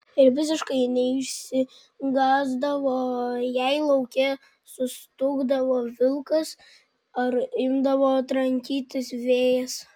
ir visiškai neišsigąsdavo jei lauke sustūgdavo vilkas ar imdavo trankytis vėjas